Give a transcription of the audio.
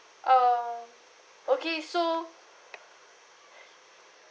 um okay so